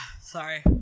sorry